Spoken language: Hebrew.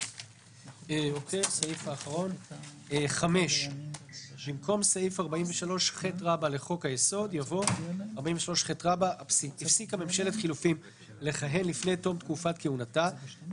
"החלפת סעיף 43ח 5. במקום סעיף 43ח לחוק היסוד יבוא: "מניעת כהונה של